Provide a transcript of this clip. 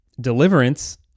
Deliverance